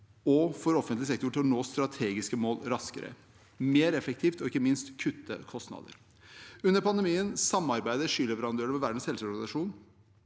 og til at offentlig sektor når strategiske mål raskere, mer effektivt og ikke minst kutter kostnader. Under pandemien samarbeidet skyleverandører med Verdens helseorganisasjon